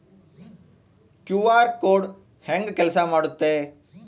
QR code ಹೆಂಗ ಕೆಲಸ ಮಾಡುತ್ತೆ?